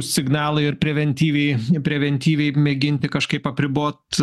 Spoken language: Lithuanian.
signalai ir preventyviai preventyviai mėginti kažkaip apribot